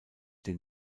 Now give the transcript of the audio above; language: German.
den